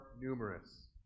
numerous